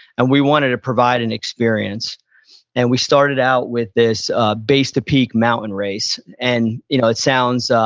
and we wanted to provide an experience and we started out with this, a base to peak mountain race. and you know it sounds,